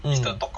mm